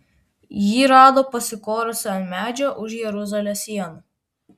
jį rado pasikorusį ant medžio už jeruzalės sienų